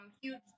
huge